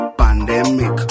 pandemic